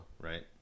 right